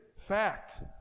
fact